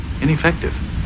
ineffective